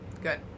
good